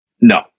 no